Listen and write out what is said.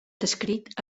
descrit